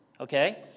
Okay